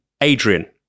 Adrian